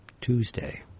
Tuesday